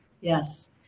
yes